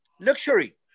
luxury